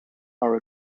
are